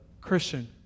Christian